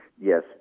Yes